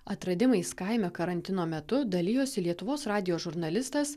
atradimais kaime karantino metu dalijosi lietuvos radijo žurnalistas